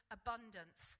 abundance